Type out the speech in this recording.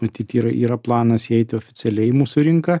matyt yra yra planas įeiti oficialiai į mūsų rinką